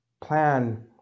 plan